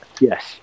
Yes